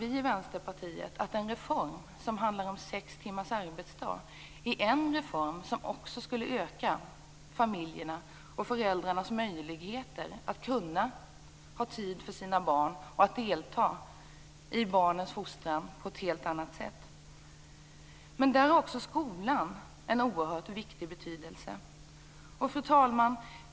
Vi i Vänsterpartiet anser att en reform för sex timmars arbetsdag är en reform som skulle öka föräldrarnas möjligheter att ha tid för sina barn och delta i barnens fostran på ett helt annat sätt. Men också skolan har en oerhört viktig betydelse. Fru talman!